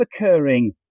occurring